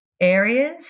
areas